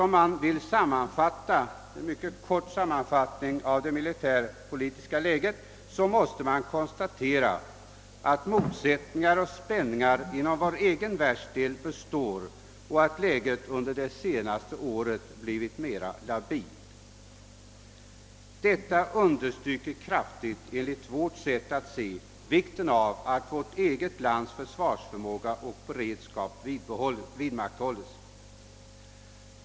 Om jag alltså gör en kort sammanfattning av det militärpolitiska läget konstaterar jag att motsättningarna och spänningarna inom vår egen världsdel består och att läget har blivit mera labilt under det senaste året. Detta understryker enligt vårt sätt att se kraftigt vikten av att vårt lands egen försvarsförmåga och beredskap vidmakthålles.